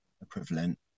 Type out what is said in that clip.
equivalent